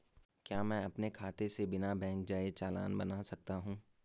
क्या मैं अपने खाते से बिना बैंक जाए चालान बना सकता हूँ?